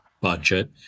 budget